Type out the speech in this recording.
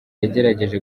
yagerageje